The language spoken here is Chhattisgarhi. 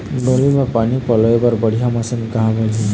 डोली म पानी पलोए बर बढ़िया मशीन कहां मिलही?